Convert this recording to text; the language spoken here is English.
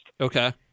Okay